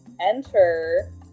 enter